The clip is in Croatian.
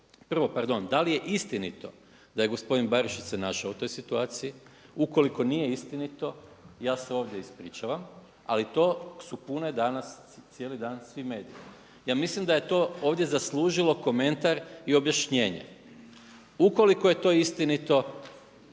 prvo pardon, da li je istinito da je gospodin Barišić se našao u toj situaciji? Ukoliko nije istinito, ja se ovdje ispričavam, ali to su pune danas cijeli dan svi mediji. Ja mislim da je to ovdje zaslužilo komentar i objašnjenje. Ukoliko je to istinito,